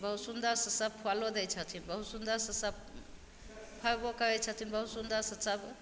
बहुत सुन्दरसे सब फलो दै छथिन बहुत सुन्दरसे सब फड़बो करै छथिन बहुत सुन्दरसे सब